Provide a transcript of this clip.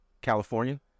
California